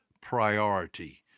priority